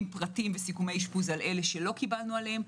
פרטים וסיכומי אשפוז על אלה שלא קיבלנו עליהם.